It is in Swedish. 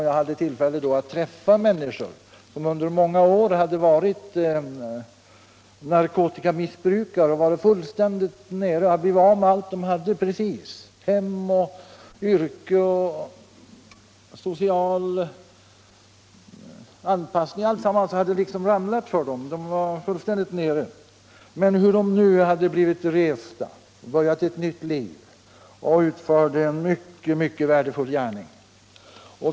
Jag fick tillfälle att träffa människor som under många år hade missbrukat narkotika och varit fullständigt nere. De hade blivit av med precis allt de hade. Hem, arbete, social anpassning — alltsammans hade ramlat för dem. Men nu hade de blivit resta och börjat ett nytt liv, och de utförde en mycket värdefull gärning.